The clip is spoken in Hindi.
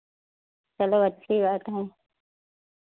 चलो अच्छी बात हैं